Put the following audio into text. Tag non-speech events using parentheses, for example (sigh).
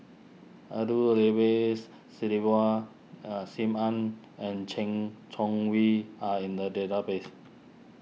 Abdul (unintelligible) are Sim Ann and Chen Chong wee are in the database